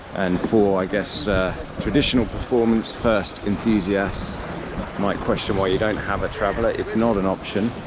and for guess traditional performance. first enthusiasts might question why you don't have a traveller, it's not an option,